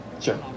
sure